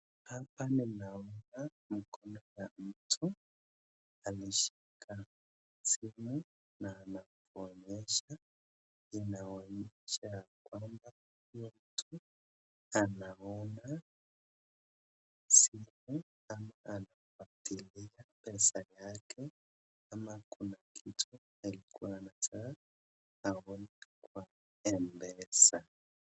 hapa ninaona kuna mtu alishika simu na anaonyesha inaonyesha ya kwamba huyu mtu anaona simu ama anapatia pesa yake ama kuna kitu alikuwa anataka aone kwa M-pesa